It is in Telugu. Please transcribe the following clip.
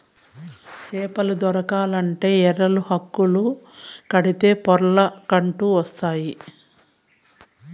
చేపలు దొరకాలంటే ఎరలు, హుక్కులు కడితే పొర్లకంటూ వస్తాయి